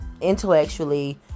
intellectually